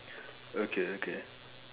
okay okay